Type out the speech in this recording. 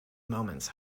moments